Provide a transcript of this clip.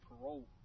parole